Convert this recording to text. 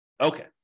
Okay